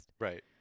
Right